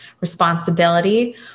responsibility